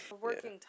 working